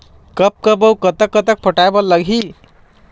कब कब अऊ कतक कतक पटाए बर लगही